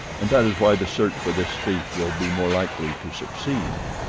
and that is why the search for this thief will be more likely to succeed.